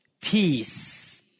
peace